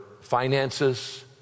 finances